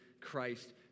Christ